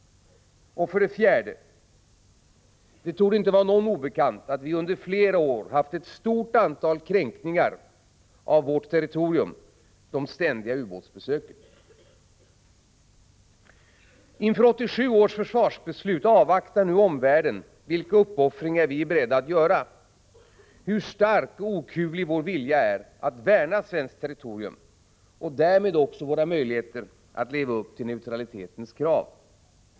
Och, för det fjärde: det torde inte vara någon obekant att vi under flera år har haft ett stort antal kränkningar av vår territoriella integritet, de ständiga Inför 1987 års försvarsbeslut avvaktar nu omvärlden vilka uppoffringar vi är beredda att göra, hur stark och okuvlig vår vilja är att värna svenskt territorium, och därmed också våra möjligheter att leva upp till neutralitetens krav.